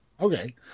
okay